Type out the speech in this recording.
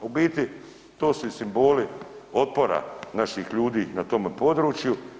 U biti to su i simboli otpora naših ljudi na tome području.